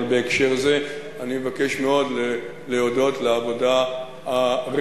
אבל בהקשר זה אני מבקש מאוד להודות על העבודה הרציפה,